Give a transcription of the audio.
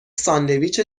ساندویچ